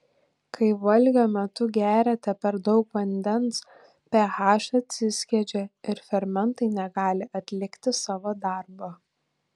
kai valgio metu geriate per daug vandens ph atsiskiedžia ir fermentai negali atlikti savo darbo